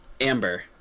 Amber